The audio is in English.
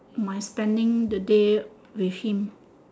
my spending the day with him